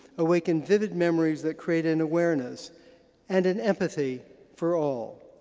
awaken vivid memories that create an awareness and an empathy for all.